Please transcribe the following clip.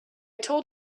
told